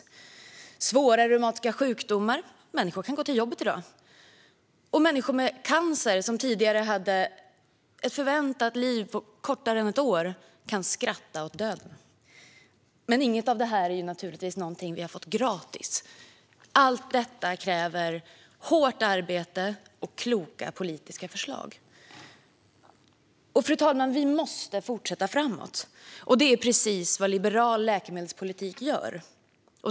Människor med svåra reumatiska sjukdomar kan i dag gå till jobbet, och människor med cancer, som tidigare hade ett förväntat liv på kortare än ett år, kan skratta åt döden. Inget av detta är naturligtvis någonting vi har fått gratis. Allt detta kräver hårt arbete och kloka politiska förslag. Vi måste fortsätta framåt, fru talman, och det är precis vad liberal läkemedelspolitik gör.